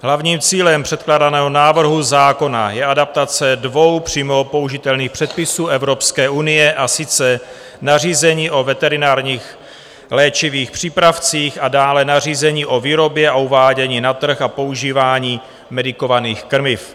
Hlavním cílem předkládaného návrhu zákona je adaptace dvou přímo použitelných předpisů Evropské unie, a sice nařízení o veterinárních léčivých přípravcích a dále nařízení o výrobě, uvádění na trh a používání medikovaných krmiv.